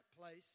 place